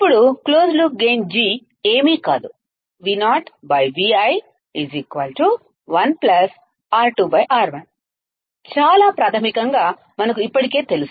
ఇప్పుడు closed loop gain G ఏమీ కాదు Vo Vi 1 R2 R1 చాలా ప్రాథమికంగా మనకు ఇప్పటికే తెలుసు